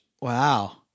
Wow